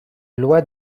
loi